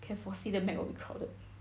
can foresee the mac ill be crowded